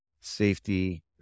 safety